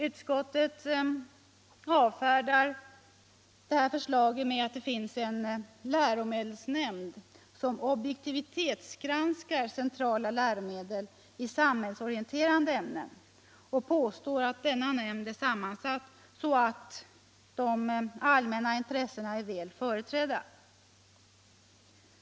Utskottet avfärdar detta förslag med att det finns en läromedelsnämnd som objektivitetsgranskar centrala läromedel i samhällsorienterande ämnen och påstår att denna nämnd är sammansatt så att de allmänna intressena är väl företrädda.